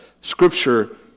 scripture